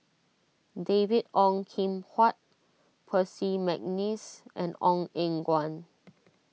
David Ong Kim Huat Percy McNeice and Ong Eng Guan